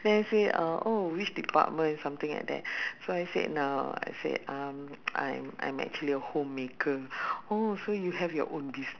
then he say uh oh which department something like that so I said no I said I'm I'm actually a home maker oh so you have your own busi~